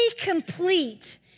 complete